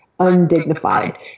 undignified